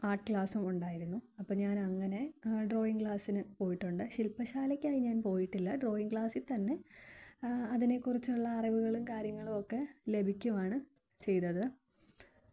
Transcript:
art ക്ലാസും ഉണ്ടായിരുന്നു അപ്പോൾ ഞാൻ അങ്ങനെ ഡ്രോയിങ് ക്ലാസ്സിന് പോയിട്ടുണ്ട് ശില്പശാലയ്ക്കായി ഞാൻ പോയിട്ടില്ല ഡ്രോയിങ് ക്ലാസ്സിൽ തന്നെ അതിനെ കുറിച്ചുള്ള അറിവുകളും കാര്യങ്ങളുമൊക്കെ ലഭിക്കുവാണ് ചെയ്തത്